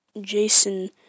Jason